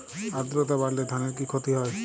আদ্রর্তা বাড়লে ধানের কি ক্ষতি হয়?